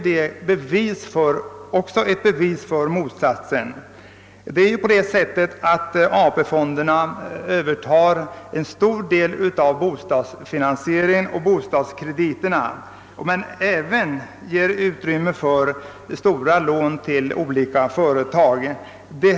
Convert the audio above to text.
Dessa svarar för en stor del av bostadsfinansieringen och bostadskrediterna, men ur AP-fonderna ges också stora lån till olika företag.